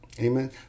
Amen